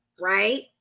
right